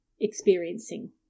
Experiencing